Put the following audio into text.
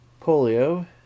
polio